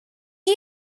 you